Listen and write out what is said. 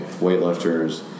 weightlifters